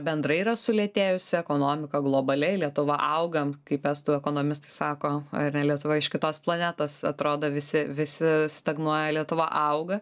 bendrai yra sulėtėjusi ekonomika globaliai lietuva augam kaip estų ekonomistas sako yra lietuva iš kitos planetos atrodo visi visi stagnuoja lietuva auga